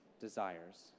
desires